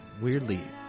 weirdly